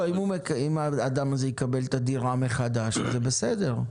אם האדם הזה יקבל את הדירה מחדש, אז זה בסדר.